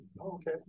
Okay